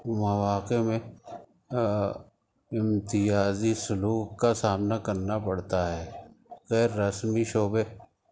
مواقع میں امتیازی سلوک کا سامنا کرنا پڑتا ہے غیر رسمی شعبے